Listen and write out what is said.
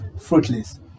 fruitless